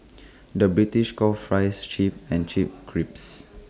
the British calls Fries Chips and Chips Crisps